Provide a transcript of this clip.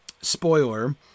spoiler